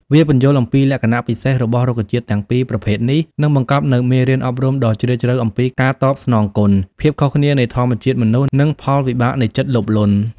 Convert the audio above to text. វាពន្យល់អំពីលក្ខណៈពិសេសរបស់រុក្ខជាតិទាំងពីរប្រភេទនេះ និងបង្កប់នូវមេរៀនអប់រំដ៏ជ្រាលជ្រៅអំពី ការតបស្នងគុណ ភាពខុសគ្នានៃធម្មជាតិមនុស្ស និងផលវិបាកនៃចិត្តលោភលន់។